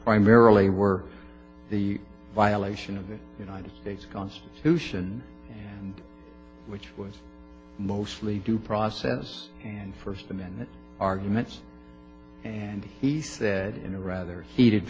primarily were the violation of the united states constitution and which was mostly due process and first and then arguments and he said in a rather heated